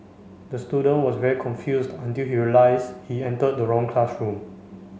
the student was very confused until he realise he enter the wrong classroom